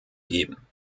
geben